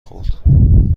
خورد